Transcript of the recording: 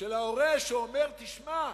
של ההורה שאומר: תשמע,